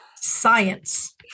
science